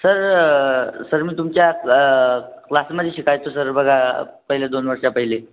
sir sir मी तुमच्या क्लासमध्ये शिकायचो सर बघा पहिले दोन वर्षांपहिले